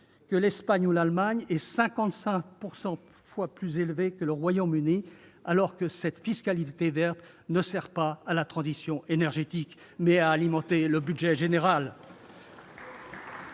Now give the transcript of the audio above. que l'Espagne ou que l'Allemagne, et 55 % de plus que le Royaume-Uni, alors que cette fiscalité verte sert non pas à la transition énergétique, mais à alimenter le budget général.